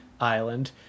island